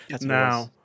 Now